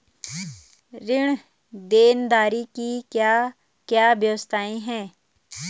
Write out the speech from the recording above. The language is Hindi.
ऋण देनदारी की क्या क्या व्यवस्थाएँ हैं?